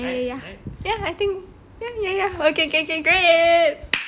ya ya ya ya I think ya ya ya okay K great